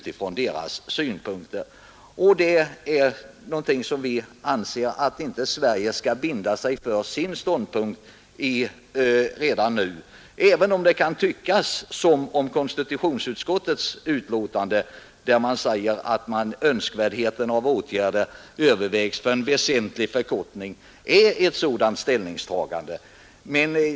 Vi finner det inte lämpligt att Sverige binder sig för en ståndpunkt redan nu, även om det kan tyckas som om konstitutionsutskottets betänkande, där man talar om önskvärdheten av åtgärder för en väsentlig förkortning är ett sådant ställningstagande.